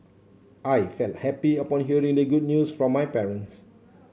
I felt happy upon hearing the good news from my parents